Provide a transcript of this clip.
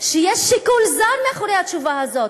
שיש שיקול זר מאחורי התשובה הזאת,